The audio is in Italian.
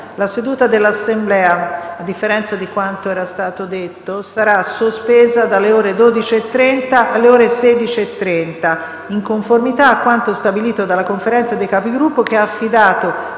la seduta dell'Assemblea, a differenza di quanto era stato detto, sarà sospesa dalle ore 12,30 alle ore 16,30, in conformità a quanto stabilito dalla Conferenza dei Capigruppo, che ha affidato